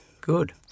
good